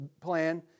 plan